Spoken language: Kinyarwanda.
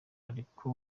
ariko